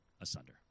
asunder